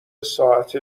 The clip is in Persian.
ساعت